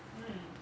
mm